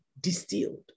distilled